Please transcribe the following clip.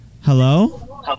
hello